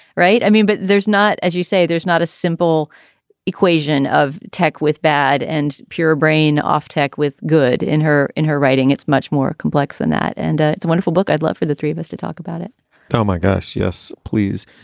right. i mean, but there's not as you say, there's not a simple equation of tech with bad and pure brain off, tech with good in her in her writing. it's much more complex than that. and ah it's a wonderful book. i'd love for the three of us to talk about it oh, my gosh. yes, please.